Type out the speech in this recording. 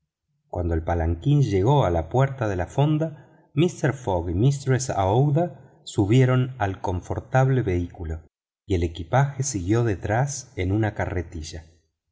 cuando el palanquín llegó a la puerta de la fonda mister fogg y mistress aouida subieron al confortable vehículo y el equipaje siguió detrás en una carretilla